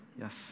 Yes